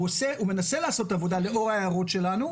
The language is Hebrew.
הוא מנסה לעשות עבודה לאור ההערות שלנו,